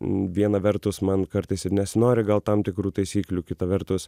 vieną vertus man kartais ir nesinori gal tam tikrų taisyklių kitą vertus